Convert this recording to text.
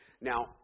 Now